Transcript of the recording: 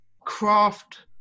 craft